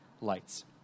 lights